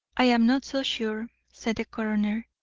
i am not so sure, said the coroner,